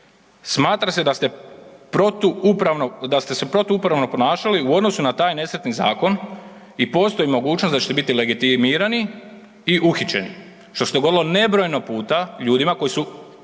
protuupravno, da ste se protuupravno ponašali u odnosu na taj nesretni zakon i postoji mogućnost da ćete biti legitimirani i uhićeni što se dogodilo nebrojeno puta ljudima koji su